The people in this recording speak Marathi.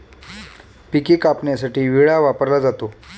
पिके कापण्यासाठी विळा वापरला जातो